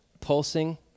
pulsing